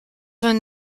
vingt